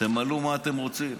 תמלאו מה אתם רוצים.